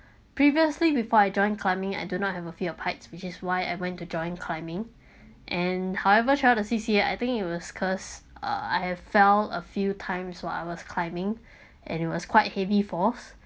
previously before I joined climbing I do not have a fear of heights which is why I went to join climbing and however throughout the C_C_A I think it was cause uh I have fell a few times while I was climbing and it was quite heavy fall